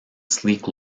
sleek